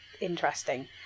interesting